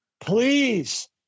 please